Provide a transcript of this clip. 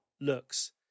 looks